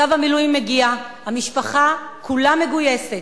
צו המילואים מגיע, המשפחה כולה מגויסת,